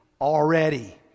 already